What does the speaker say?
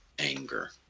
anger